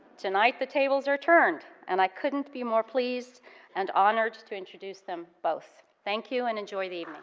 tonight the tables are turned and i couldn't be more pleased and honored to introduce them both. thank you and enjoy the evening.